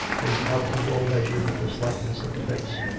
was out of all measure with the slightness of the face.